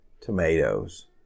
Tomatoes